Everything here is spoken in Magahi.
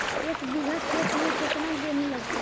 एक बिघा खेत में केतना गेहूं लगतै?